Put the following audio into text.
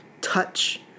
touch